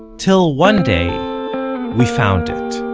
till, one day we found it.